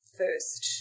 first